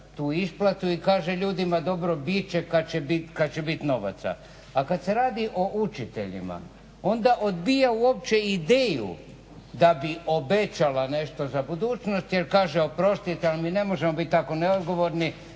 i kaže ljudima dobro bit će kad će biti novaca, a kad se radi o učiteljima onda odbija uopće ideju da bi obećala nešto za budućnost, jer kaže oprostite ali mi ne možemo biti tako neodgovorni